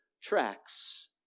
tracks